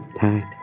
tight